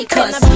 Cause